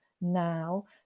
now